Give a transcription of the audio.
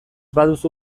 baduzu